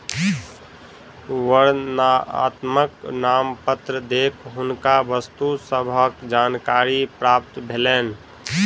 वर्णनात्मक नामपत्र देख हुनका वस्तु सभक जानकारी प्राप्त भेलैन